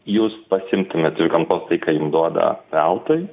jūs pasiimtumėt iš gamtos tai ką jum duoda veltui